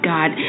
God